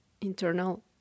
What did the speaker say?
internal